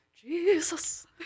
Jesus